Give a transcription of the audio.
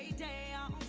day um